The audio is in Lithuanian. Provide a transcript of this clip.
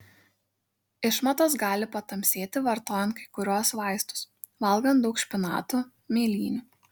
išmatos gali patamsėti vartojant kai kuriuos vaistus valgant daug špinatų mėlynių